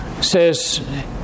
says